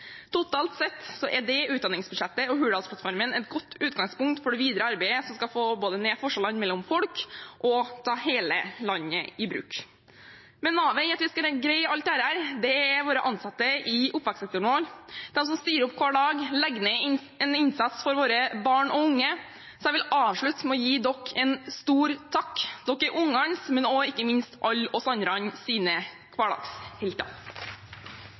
Totalt sett er dette utdanningsbudsjettet og Hurdalsplattformen et godt utgangspunkt for det videre arbeidet som både skal få ned forskjellene mellom folk og ta hele landet i bruk. Men navet i at vi skal greie alt dette, er våre ansatte i oppvekstsektoren, de som stiller opp hver dag og legger ned en innsats for våre barn og unge. Så jeg vil avslutte med å gi dere en stor takk. Dere er barnas, men ikke minst alle oss andres hverdagshelter.